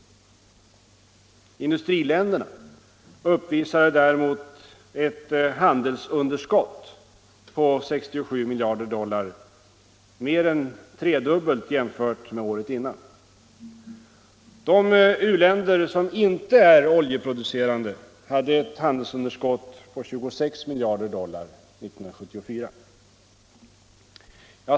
Industriländerna uppvisade däremot ett handelsunderskott på 67 miljarder dollar, mer än tredubbelt jämfört med året före. De u-länder som inte är oljeproducerande hade ett handelsunderskott på 26 miljarder dollar 1974.